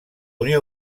unió